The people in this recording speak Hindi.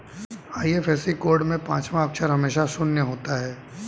आई.एफ.एस.सी कोड में पांचवा अक्षर हमेशा शून्य होता है